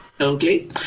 Okay